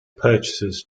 purchases